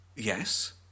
Yes